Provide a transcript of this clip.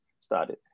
started